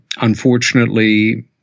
unfortunately